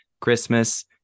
Christmas